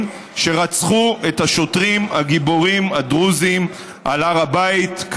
שרצחו את השוטרים הגיבורים הדרוזים על הר הבית,